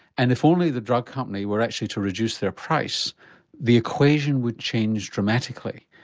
and if only the drug company were actually to reduce their price the equation would change dramatically.